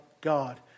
God